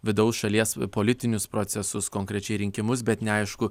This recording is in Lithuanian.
vidaus šalies politinius procesus konkrečiai rinkimus bet neaišku